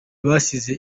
basize